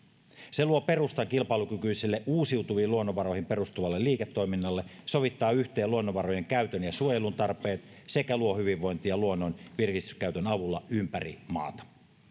se luo perustan kilpailukykyiselle uusiutuviin luonnonvaroihin perustuvalle liiketoiminnalle sovittaa yhteen luonnonvarojen käytön ja suojelun tarpeet sekä luo hyvinvointia luonnon virkistyskäytön avulla ympäri maata